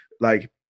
like-